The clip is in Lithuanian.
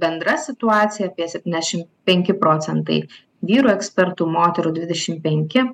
bendra situacija apie septyniašim penki procentai vyrų ekspertų moterų dvidešim penki